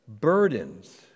burdens